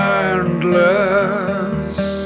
endless